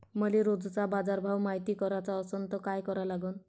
मले रोजचा बाजारभव मायती कराचा असन त काय करा लागन?